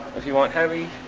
if you want heavy